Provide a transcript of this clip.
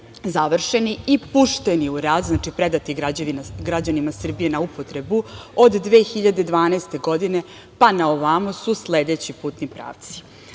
završeni i pušteni u rad, znači predati građanima Srbije na upotrebu, od 2012. godine pa na ovamo su sledeći putni pravci: